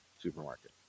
supermarket